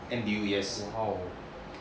N_D_U yes